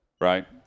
right